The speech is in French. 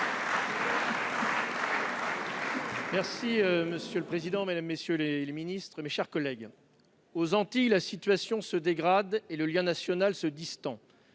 Monsieur le président, mesdames, messieurs les ministres, mes chers collègues, aux Antilles, la situation se dégrade et le lien national se distend.